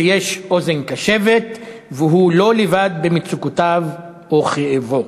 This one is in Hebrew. שיש אוזן קשבת והוא לא לבד במצוקותיו או בכאבו.